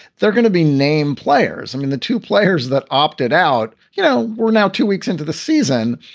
they're going to be name players. i mean, the two players that opted out, you know, we're now two weeks into the season.